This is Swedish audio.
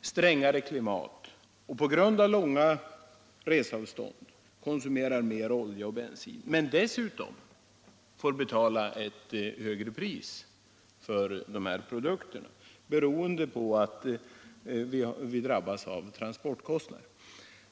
strängare klimat och långa reseavstånd konsumerar mer olja och bensin än andra dessutom får betala ett högre pris för dessa produkter, beroende på att de drabbas av högre transportkostnader.